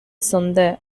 சொந்த